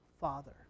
Father